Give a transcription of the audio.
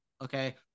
okay